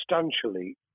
substantially